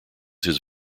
his